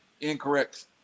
incorrect